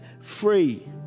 free